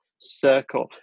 circle